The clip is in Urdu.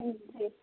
ہاں جی